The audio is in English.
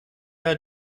are